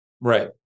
Right